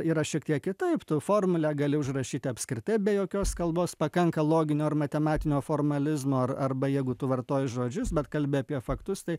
yra šiek tiek kitaip tu formulę gali užrašyti apskritai be jokios kalbos pakanka loginio ar matematinio formalizmo ar arba jeigu tu vartoji žodžius bet kalbi apie faktus tai